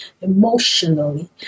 emotionally